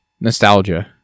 nostalgia